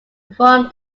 perform